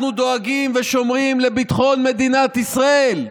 אנחנו דואגים ושומרים על ביטחון מדינת ישראל,